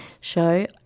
show